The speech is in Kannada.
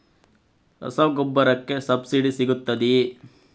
ರಸಗೊಬ್ಬರಕ್ಕೆ ಸಬ್ಸಿಡಿ ಸಿಗುತ್ತದೆಯೇ?